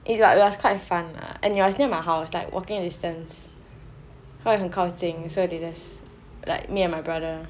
but it was quite fun lah and it was near my house walking distance 所以很靠近所以 they just like me and my brother